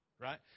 right